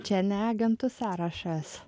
čia ne agentų sąrašas